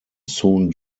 soon